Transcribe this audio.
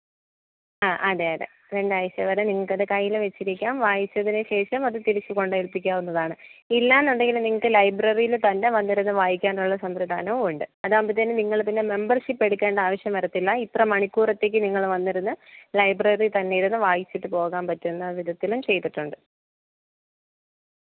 അ അതെ അതെ രണ്ടാഴ്ച്ച വരെ നിങ്ങൾക്കത് കയ്യിൽ വെച്ചിരിക്കാം വായിച്ചതിനു ശേഷം അതു തിരിച്ചു കൊണ്ടേൽപ്പിക്കാവുന്നതാണ് ഇല്ലയെന്നുണ്ടെങ്കിൽ നിങ്ങൾക്ക് ലൈബ്രറിയിൽ തന്നെ വന്നിരുന്നു വായിക്കാനുള്ള സംവിധാനമുണ്ട് അതാകുമ്പോഴത്തേനും നിങ്ങളിതിന് മെമ്പർഷിപ്പ് എടുക്കേണ്ട ആവശ്യം വരത്തില്ല ഇത്ര മണിക്കൂറത്തേക്ക് നിങ്ങൾ വന്നിരുന്നു ലൈബ്രറിയിൽ തന്നെ ഇരുന്നു വായിച്ചിട്ടു പോകാൻ പറ്റുന്ന വിധത്തിലും ചെയ്തിട്ടുണ്ട്